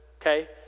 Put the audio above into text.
okay